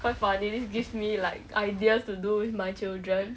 quite funny this gives me like ideas to do with my children